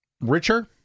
richer